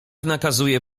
nakazuje